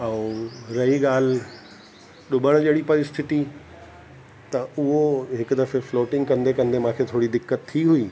ऐं रही ॻाल्हि ॾुबणु जहिड़ी परिस्थिति त उहो हिकु दफ़े फ्लोटिंग कंदे कंदे मूंखे थोरी दिक़त थी हुई